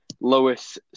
Lois